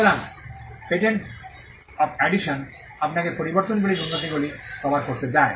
সুতরাং patent of addition আপনাকে পরিবর্তনগুলির উন্নতিগুলি কভার করতে দেয়